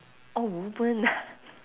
oh women ah